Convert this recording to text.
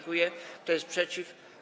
Kto jest przeciw?